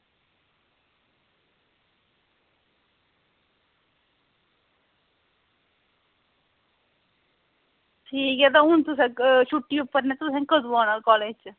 ते हून तुस छुट्टी उप्पर न ते हून तुसें कदूं आना कॉलेज़